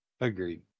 Agreed